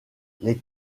les